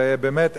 ובאמת,